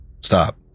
Stop